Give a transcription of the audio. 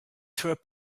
through